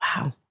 Wow